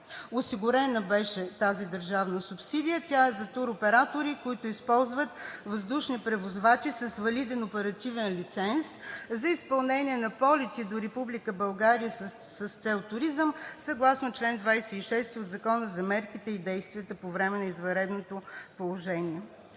Осигурена беше тази държавна субсидия, тя е за туроператори, които използват въздушни превозвачи с валиден оперативен лиценз за изпълнение на полети до Република България с цел туризъм съгласно чл. 26 от Закона за мерките и действията по време на извънредното положение.